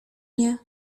nie